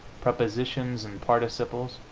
prepositions and participles,